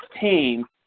team